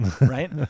right